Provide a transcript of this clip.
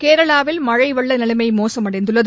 கேரளாவில் மழழ வெள்ள நிலமை மோசமடைந்துள்ளது